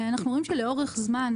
אנחנו רואים שלאורך זמן,